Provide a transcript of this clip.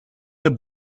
der